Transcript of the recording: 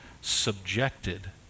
subjected